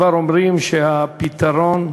אינני מבין,